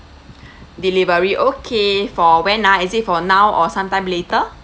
delivery okay for when ah is it for now or sometime later